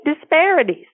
disparities